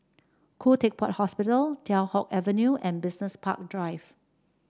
Khoo Teck Puat Hospital Teow Hock Avenue and Business Park Drive